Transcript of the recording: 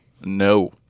No